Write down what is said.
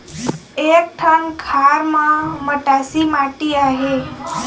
एक ठन खार म मटासी माटी आहे?